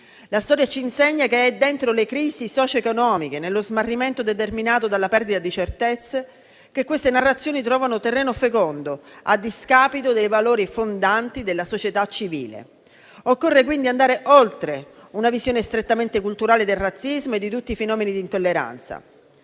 La storia ci insegna che è dentro le crisi socioeconomiche, nello smarrimento determinato dalla perdita di certezze, che queste narrazioni trovano terreno fecondo, a discapito dei valori fondanti della società civile. Occorre, quindi, andare oltre una visione strettamente culturale del razzismo e di tutti i fenomeni di intolleranza.